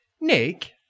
Nick